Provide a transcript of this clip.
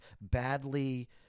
badly